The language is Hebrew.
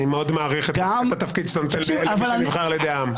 אני מאוד מעריך את התפקיד שאתה נותן לגוף שנבחר על ידי העם.